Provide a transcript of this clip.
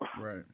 right